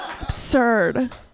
Absurd